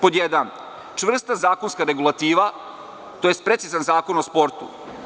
Pod jedan, čvrsta zakonska regulativa, tj. precizan zakon o sportu.